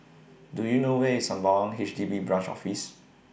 Do YOU know Where IS Sembawang H D B Branch Office